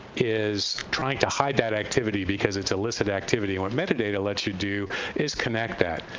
is trying to hide that activity because it's illicit activity. what metadata lets you do is connect that.